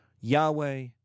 Yahweh